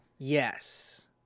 Yes